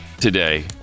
today